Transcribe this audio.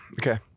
Okay